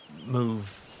move